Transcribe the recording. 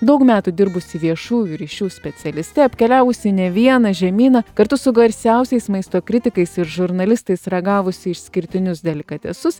daug metų dirbusi viešųjų ryšių specialiste apkeliavusi ne vieną žemyną kartu su garsiausiais maisto kritikais ir žurnalistais ragavusi išskirtinius delikatesus